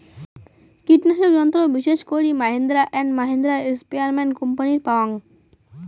কীটনাশক যন্ত্র বিশেষ করি মাহিন্দ্রা অ্যান্ড মাহিন্দ্রা, স্প্রেয়ারম্যান কোম্পানির পাওয়াং